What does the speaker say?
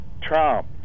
Trump